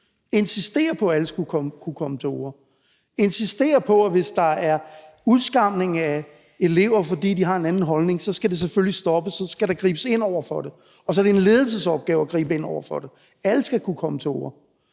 insistere på, at alle skulle kunne komme til orde, insistere på, at hvis der er udskamning af elever, fordi de har en anden holdning, så skal det selvfølgelig stoppes, og der skal gribes ind over for det, og det er en ledelsesopgave at gribe ind over for det. Alle skal kunne komme til orde,